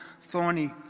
thorny